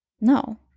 No